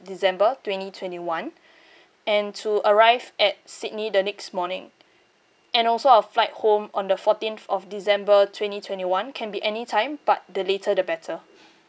december twenty twenty one and to arrive at sydney the next morning and also our flight home on the fourteenth of december twenty twenty one can be any time but the later the better